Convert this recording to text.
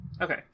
Okay